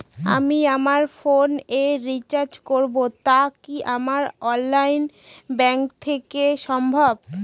আমি আমার ফোন এ রিচার্জ করব টা কি আমার অনলাইন ব্যাংক থেকেই সম্ভব?